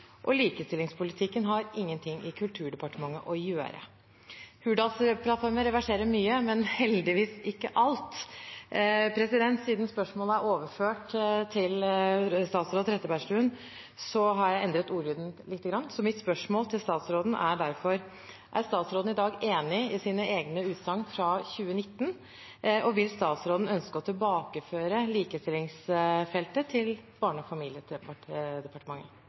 og "likestillingspolitikken har ingenting i Kulturdepartementet å gjøre". Hurdalsplattformen reverserer mye, men ikke alt. Er statsråden enig med sin regjeringskollega i disse utsagnene, og vil statsråden tilbakeføre likestillingsfeltet til Barne- og familiedepartementet?» Siden spørsmålet er overført til statsråd Trettebergstuen, har jeg endret ordlyden lite grann, så mitt spørsmål til statsråden er derfor: Er statsråden i dag enig i sine egne utsagn fra 2019, og vil statsråden